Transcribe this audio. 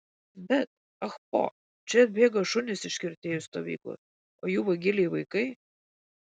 bet ah po čia atbėga šunys iš kirtėjų stovyklos o jų vagiliai vaikai